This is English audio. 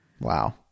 Wow